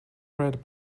red